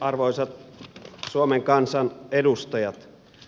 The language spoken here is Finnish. arvoisat suomen kansan edustajat